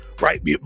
Right